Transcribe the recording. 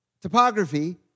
topography